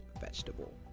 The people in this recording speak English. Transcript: vegetable